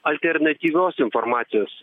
alternatyvios informacijos